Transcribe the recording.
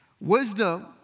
Wisdom